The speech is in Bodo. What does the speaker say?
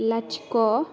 लाथिख'